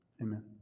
Amen